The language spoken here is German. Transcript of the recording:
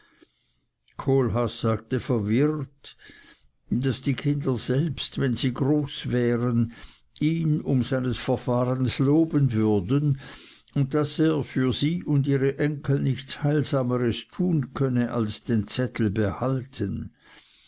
kohlhaas sagte verwirrt daß die kinder selbst wenn sie groß wären ihn um seines verfahrens loben würden und daß er für sie und ihre enkel nichts heilsameres tun könne als den zettel behalten